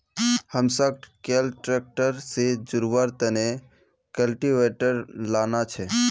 हमसाक कैल ट्रैक्टर से जोड़वार तने कल्टीवेटर लाना छे